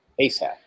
ASAP